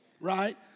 right